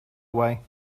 way